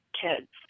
kids